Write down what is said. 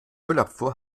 müllabfuhr